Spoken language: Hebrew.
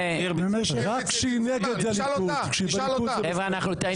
--- לרדוף אחרי עידית